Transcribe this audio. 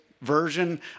version